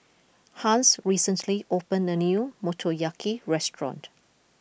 Hans recently opened a new Motoyaki restaurant